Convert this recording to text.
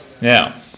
Now